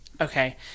Okay